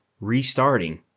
restarting